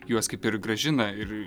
juos kaip ir grąžina ir